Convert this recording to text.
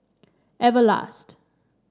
everlast